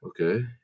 Okay